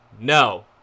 no